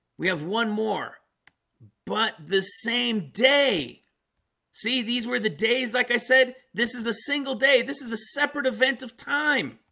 we have one more but the same day see these were the days. like i said, this is a single day. this is a separate event of time